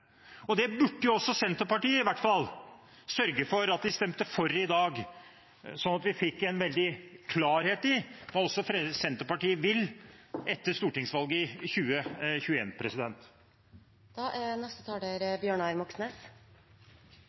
Det burde iallfall også Senterpartiet sørge for å stemme for i dag, slik at vi fikk en klarhet i hva også Senterpartiet vil etter stortingsvalget i